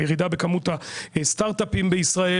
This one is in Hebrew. בירידה בכמות הסטארט אפים בישראל,